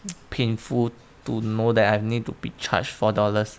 painful to know that I need to be charged four dollars